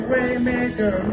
Waymaker